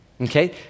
Okay